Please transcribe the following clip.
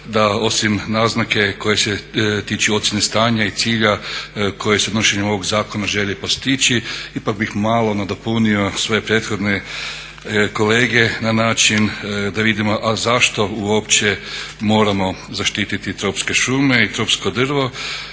da osim naznake koje se tiču ocjene stanja i cilja koji se donošenjem ovog zakona želi postići ipak bih malo nadopunio sve prethodne kolege na način da vidimo a zašto uopće moramo zaštititi tropske šume i tropsko drvo.